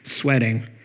sweating